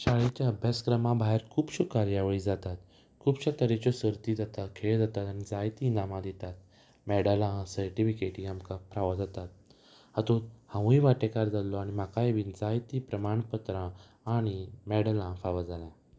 शाळेच्या अभ्यासक्रमा भायर खुबश्यो कार्यावळी जातात खुबश्या तरेच्यो सर्ती जाता खेळ जातात आनी जायतीं इनामां दितात मॅडलां सर्टिफिकेटी आमकां फावो जातात हातूंत हांवूंय वांटेकार जाल्लो आनी म्हाकाय बीन जायती प्रमाणपत्रां आनी मॅडलां फावो जाल्यात